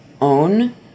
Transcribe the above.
own